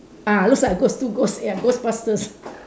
ah looks like ghost two ghost ya ghostbusters